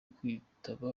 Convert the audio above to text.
kwitaba